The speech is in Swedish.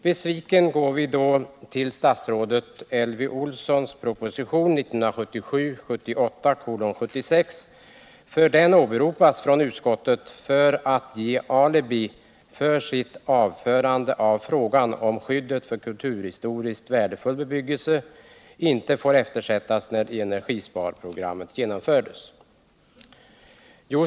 Besvikna gick vi då till statsrådet Elvy Olssons proposition 1977/78:76, för den åberopas av utskottet för att ge alibi för sitt avförande av frågan om att skyddet för kulturhistoriskt värdefull bebyggelse inte får eftersättas när energisparprogrammet genomförs.